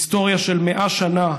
היסטוריה של 100 שנה,